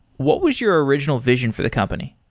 what was your original vision for the company?